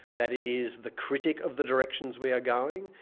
that it is the critic of the directions we are going,